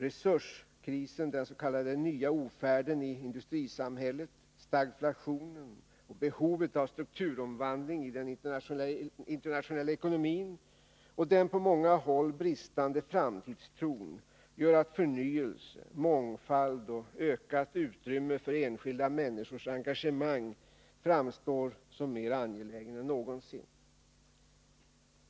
Resurskrisen, den s.k. nya ofärden i industrisamhället, stagflationen och behovet av strukturomvandling i den internationella ekonomin och den på många håll bristande framtidstron gör att förnyelse, mångfald och ökat utrymme för enskilda människors engagemang framstår som mer angeläget än någonsin.